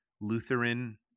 Lutheran